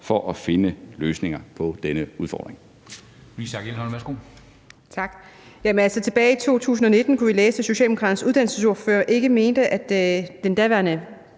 for at finde løsninger på denne udfordring.